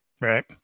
right